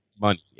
money